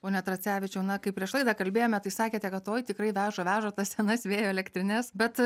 pone tracevičiau na kaip prieš laidą kalbėjome tai sakėte kad tikrai veža veža tas senas vėjo elektrines bet